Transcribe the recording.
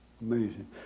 Amazing